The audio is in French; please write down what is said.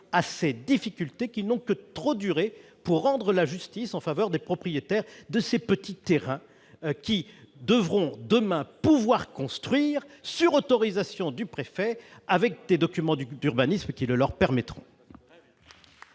à ces difficultés qui n'ont que trop duré, pour rendre la justice en faveur des propriétaires de ces petits terrains : ils devront pouvoir construire demain, sur autorisation du préfet et avec des documents d'urbanisme qui le leur permettront